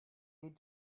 need